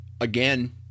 again